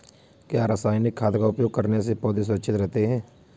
क्या रसायनिक खाद का उपयोग करने से पौधे सुरक्षित रहते हैं?